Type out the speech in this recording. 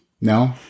No